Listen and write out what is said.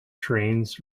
trains